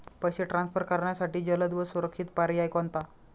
पैसे ट्रान्सफर करण्यासाठी जलद व सुरक्षित पर्याय कोणता?